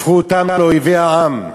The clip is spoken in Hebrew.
הפכו אותם לאויבי העם.